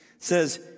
says